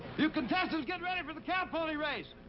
you contestants get ready for the cow pony race.